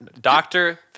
Doctor